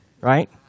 right